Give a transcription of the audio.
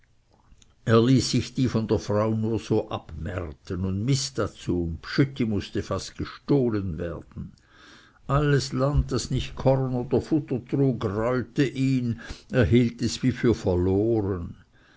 er ließ sich die von der frau nur so abmärten und mist dazu und bschütti mußte fast gestohlen werden alles land das nicht korn oder futter trug reute ihn er hielt es wie für verloren